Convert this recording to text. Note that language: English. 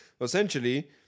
Essentially